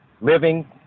living